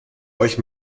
euch